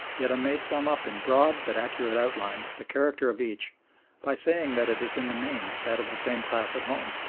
yet i may sum up in broad but accurate outline the character of each by saying that it is in the main that of the same class at home.